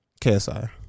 ksi